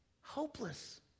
hopeless